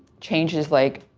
changes, like,